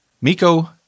Miko